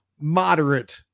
moderate